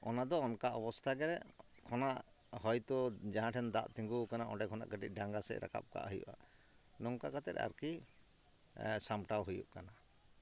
ᱚᱱᱟᱫᱚ ᱚᱱᱠᱟ ᱚᱵᱚᱥᱛᱟ ᱜᱮ ᱠᱷᱚᱱᱟ ᱦᱚᱭᱛᱚ ᱡᱟᱦᱟᱸ ᱴᱷᱮᱱ ᱫᱟᱜ ᱛᱤᱸᱜᱩᱣᱠᱟᱱᱟ ᱚᱱᱰᱮ ᱠᱷᱚᱱᱟᱜ ᱠᱟᱹᱴᱤᱡ ᱰᱷᱟᱸᱜᱟ ᱥᱮᱡ ᱨᱟᱠᱟᱵᱼᱠᱟᱜ ᱦᱩᱭᱩᱜᱼᱟ ᱱᱚᱝᱠᱟ ᱠᱟᱛᱮᱫ ᱟᱨᱠᱤ ᱥᱟᱢᱴᱟᱣ ᱦᱩᱭᱩᱜ ᱠᱟᱱᱟ